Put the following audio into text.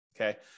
okay